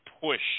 push